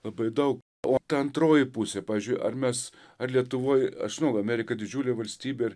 labai daug o ta antroji pusė pavyzdžiui ar mes ar lietuvoj aš žinau amerika didžiulė valstybė